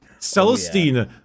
Celestine